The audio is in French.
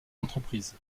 entreprise